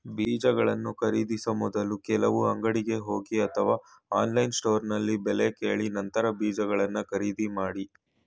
ಬೀಜಗಳನ್ನು ಖರೀದಿಸೋ ಮೊದ್ಲು ಕೆಲವು ಅಂಗಡಿಗೆ ಹೋಗಿ ಅಥವಾ ಆನ್ಲೈನ್ ಸ್ಟೋರ್ನಲ್ಲಿ ಬೆಲೆ ಕೇಳಿ ನಂತರ ಬೀಜಗಳನ್ನ ಖರೀದಿ ಮಾಡಿ